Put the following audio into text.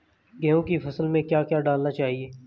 गेहूँ की फसल में क्या क्या डालना चाहिए?